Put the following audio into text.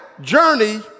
journey